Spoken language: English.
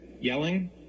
yelling